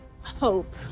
hope